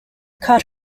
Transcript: caught